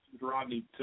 Rodney